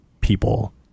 people